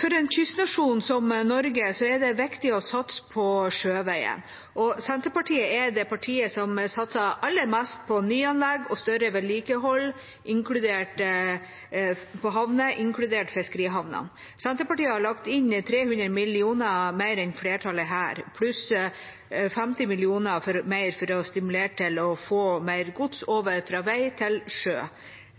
For en kystnasjon som Norge er det viktig å satse på sjøveien, og Senterpartiet er det partiet som satser aller mest på nyanlegg og større vedlikehold av havner, inkludert fiskerihavnene. Senterpartiet har her lagt inn 300 mill. kr mer enn flertallet, pluss 50 mill. kr mer for å stimulere til å få mer gods over fra vei til sjø.